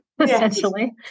essentially